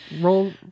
roll